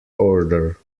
order